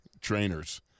trainers